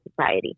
society